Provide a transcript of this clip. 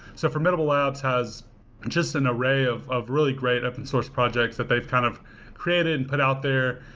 so formidable labs has just an array of of really great open-source projects that they've kind of created and put out there.